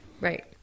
Right